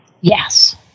Yes